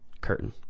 Curtain